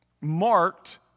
marked